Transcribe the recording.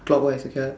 clockwise okay ya